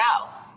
else